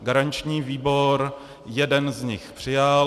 Garanční výbor jeden z nich přijal.